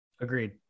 Agreed